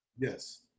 Yes